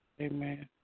Amen